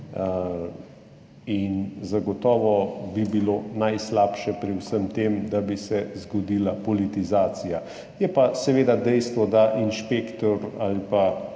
Zagotovo bi bilo najslabše pri vsem tem, da bi se zgodila politizacija. Je pa seveda dejstvo, da je inšpektor ali